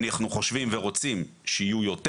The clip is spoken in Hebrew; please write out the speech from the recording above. אנחנו חושבים ורוצים שיהיו יותר.